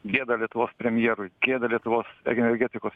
gėda lietuvos premjerui gėda lietuvos energetikos